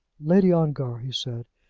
lady ongar, he said,